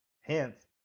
hence